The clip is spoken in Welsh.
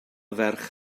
ferch